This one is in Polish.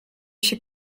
się